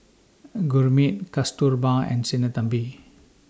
and Gurmeet Kasturba and Sinnathamby